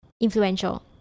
influential